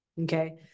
okay